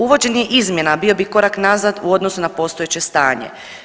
Uvođenje izmjena bio bi korak nazad u odnosu na postojeće stanje.